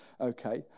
Okay